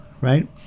right